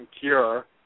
Cure